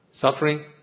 suffering